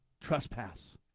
trespass